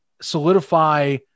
solidify